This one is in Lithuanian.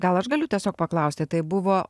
gal aš galiu tiesiog paklausti tai buvo